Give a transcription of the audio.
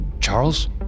Charles